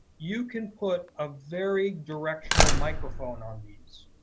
you can put a very directional microphone on these.